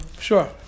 Sure